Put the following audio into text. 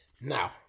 Now